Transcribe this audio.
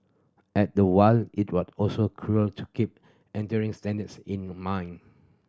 at the while it would also to keep entry standards in mind